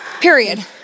Period